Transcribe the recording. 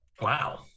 Wow